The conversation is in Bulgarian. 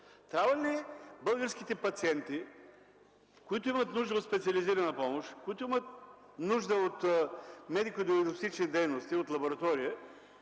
Трябва ли българските пациенти, които имат нужда от специализирана помощ, които имат нужда от медикодиагностични дейности, от лаборатория,